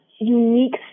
unique